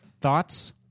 Thoughts